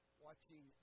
watching